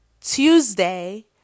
Tuesday